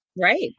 Right